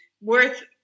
worth